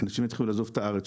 אנשים יתחילו לעזוב את הארץ.